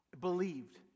believed